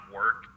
work